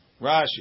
Rashi